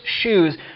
shoes